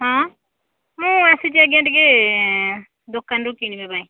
ହଁ ମୁଁ ଆସିଛି ଆଜ୍ଞା ଟିକିଏ ଦୋକାନରୁ କିଣିବା ପାଇଁ